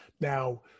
Now